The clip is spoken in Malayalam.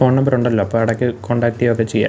ഫോൺ നമ്പറുണ്ടല്ലപ്പോൾ ഇടക്ക് കോൺടാക്റ്റ് ചെയ്യൊക്കെ ചെയ്യാം